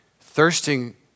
Thirsting